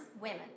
women